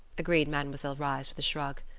agreed mademoiselle reisz, with a shrug,